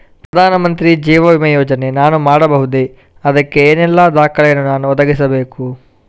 ಪ್ರಧಾನ ಮಂತ್ರಿ ಜೀವ ವಿಮೆ ಯೋಜನೆ ನಾನು ಮಾಡಬಹುದೇ, ಅದಕ್ಕೆ ಏನೆಲ್ಲ ದಾಖಲೆ ಯನ್ನು ನಾನು ಒದಗಿಸಬೇಕು?